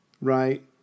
Right